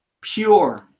Pure